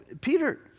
Peter